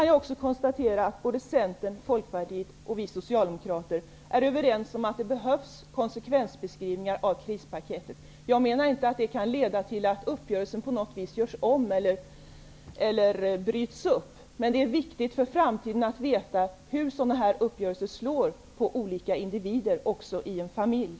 Jag kan konstatera att Centern, Folkpartiet och vi Socialdemokrater är överens om att det behövs konsekvensbeskrivningar av krispaketet. Jag menar inte att det skall leda till att uppgörelsen görs om eller bryts upp. Det är dock viktigt att inför framtiden veta hur sådana här uppgörelser slår för olika individer i en familj.